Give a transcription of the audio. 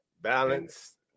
Balance